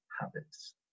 habits